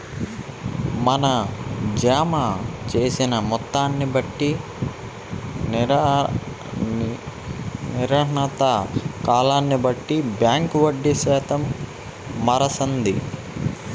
మన జమ జేసిన మొత్తాన్ని బట్టి, నిర్ణీత కాలాన్ని బట్టి బాంకీ వడ్డీ శాతం మారస్తాది